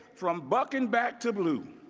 from bucking back to bluu.